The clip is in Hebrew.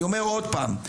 אני אומר עוד פעם,